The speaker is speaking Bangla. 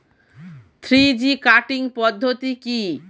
থ্রি জি কাটিং পদ্ধতি কি?